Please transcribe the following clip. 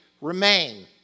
remain